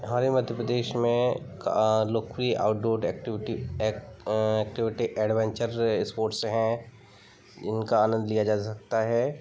हमारे मध्य प्रदेश में लोकप्रिय outdoor activity act activity adventure sports हैं इनका आनंद लिया जा सकता है